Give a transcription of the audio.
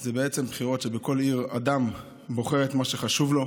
הן בחירות שבכל עיר אדם בוחר את מה שחשוב לו.